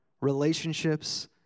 Relationships